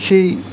সেই